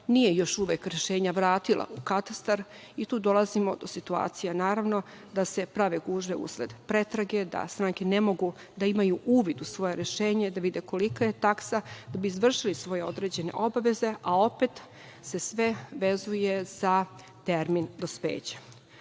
nije još uvek rešenja vratila u katastar i tu dolazimo do situacija da se prave gužve usled pretrage, da stranke ne mogu da imaju uvid u svoje rešenje, da vide kolika je taksa, da bi izvršili svoje određene obaveze, a opet se sve vezuje za termin dospeća. Stoga